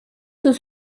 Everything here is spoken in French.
sous